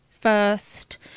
first